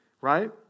right